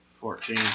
Fourteen